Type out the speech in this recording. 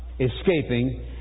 escaping